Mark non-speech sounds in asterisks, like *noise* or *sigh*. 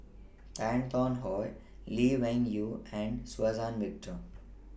*noise* Tan Tarn How Lee Wung Yew and Suzann Victor